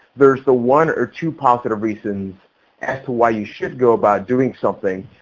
there's the one or two positive reasons as to why you should go about doing something.